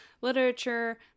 literature